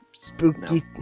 Spooky